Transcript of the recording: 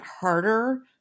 harder